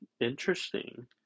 interesting